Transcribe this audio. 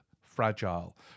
fragile